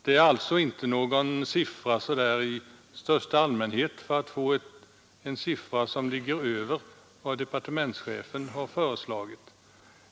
Det är alltså inte någon siffra i största allmänhet bara för att få en siffra som ligger över vad departementschefen har föreslagit.